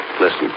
Listen